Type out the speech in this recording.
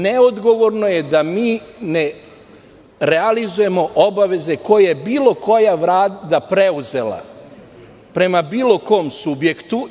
Neodgovorno je da mi ne realizujemo obaveze koje je bilo koja vlada preuzela, prema bilo kom subjektu.